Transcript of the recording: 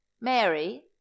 mary